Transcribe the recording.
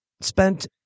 spent